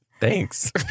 Thanks